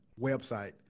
website